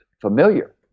familiar